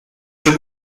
czy